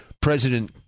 President